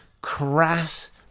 crass